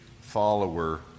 follower